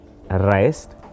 rest